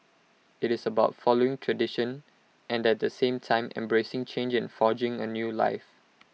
IT is about following tradition and at the same time embracing change and forging A new life